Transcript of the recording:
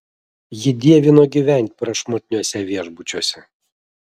ji dievino gyventi prašmatniuose viešbučiuose